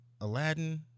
Aladdin